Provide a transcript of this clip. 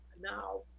Now